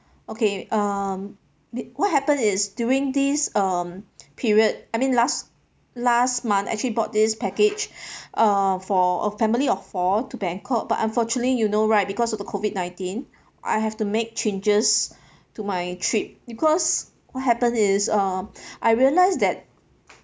okay um the what happened is during this um period I mean last last month actually bought this package uh for a family of four to bangkok but unfortunately you know right because of the COVID nineteen I have to make changes to my trip because what happened is um I realise that